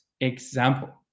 example